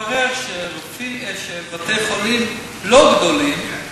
מתברר שבתי-חולים לא גדולים,